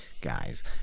guys